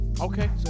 Okay